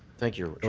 thank you,